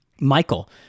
michael